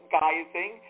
guising